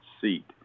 seat